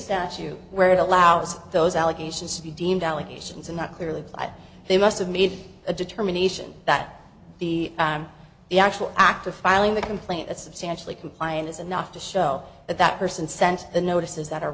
statute where it allows those allegations to be deemed allegations and not clearly by they must have made a determination that the i'm the actual act of filing the complaint substantially complying is enough to show that that person sent the notices that are